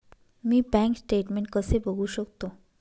मी bank statement कसे बघू शकतो?